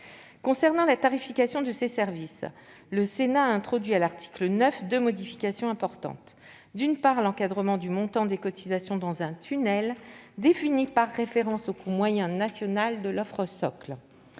Concernant la tarification de ces services, le Sénat a introduit à l'article 9 deux modifications importantes : d'une part, l'encadrement du montant des cotisations dans un « tunnel » défini par référence au coût moyen national de l'offre socle